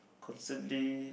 constantly